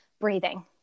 breathing